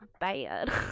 bad